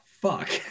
fuck